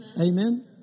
Amen